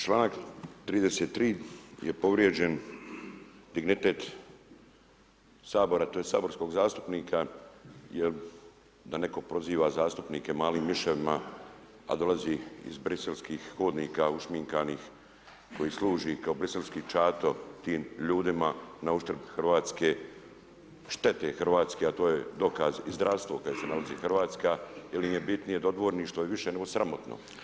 Čl. 33. je povrijeđen dignitet Sabora, to jest saborskog zastupnika jer da netko proziva zastupnike malim miševima, a dolazi iz briselskih hodnika, ušminkani, koji služi kao briselski čato tim ljudima na uštup Hrvatske, štete Hrvatske, a to je dokaz i zdravstvo u kojem se nalazi Hrvatska, jer im je bitnije dodvorništvom i više nego sramotno.